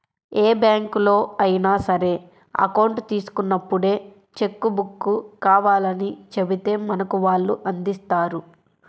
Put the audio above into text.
ఏ బ్యాంకులో అయినా సరే అకౌంట్ తీసుకున్నప్పుడే చెక్కు బుక్కు కావాలని చెబితే మనకు వాళ్ళు అందిస్తారు